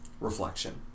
reflection